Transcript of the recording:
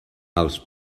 els